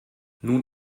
nun